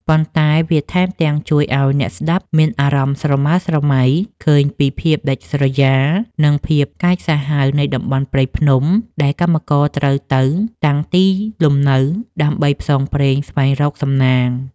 ប៉ុន្តែវាថែមទាំងជួយឱ្យអ្នកស្ដាប់មានអារម្មណ៍ស្រមើស្រមៃឃើញពីភាពដាច់ស្រយាល និងភាពកាចសាហាវនៃតំបន់ព្រៃភ្នំ ដែលកម្មករត្រូវទៅតាំងទីលំនៅដើម្បីផ្សងព្រេងស្វែងរកសំណាង។